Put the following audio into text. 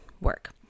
work